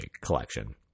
collection